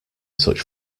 such